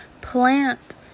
plant